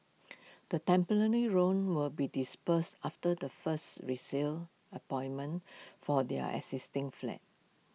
the temporary roan will be disbursed after the first resale appointment for their existing flat